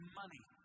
money